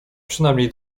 przynajmniej